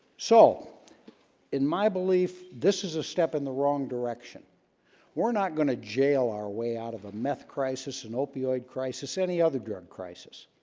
so in my belief this is a step in the wrong direction we're not going to jail our way out of a meth crisis and opioid crisis any other drug crisis